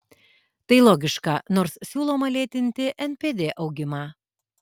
tai logiška nors siūloma lėtinti npd augimą